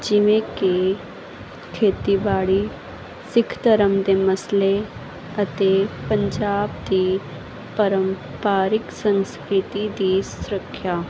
ਜਿਵੇਂ ਕਿ ਖੇਤੀਬਾੜੀ ਸਿੱਖ ਧਰਮ ਦੇ ਮਸਲੇ ਅਤੇ ਪੰਜਾਬ ਦੀ ਪਰੰਪਾਰਿਕ ਸੰਸਕ੍ਰਿਤੀ ਦੀ ਸੁਰੱਖਿਆ